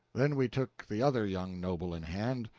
then we took the other young noble in hand,